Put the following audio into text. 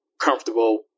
comfortable